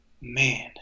Man